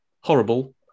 Horrible